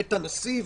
בית הנשיא וכו'.